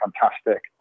fantastic